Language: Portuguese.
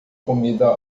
comida